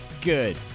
good